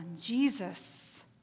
Jesus